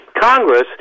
Congress